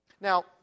Now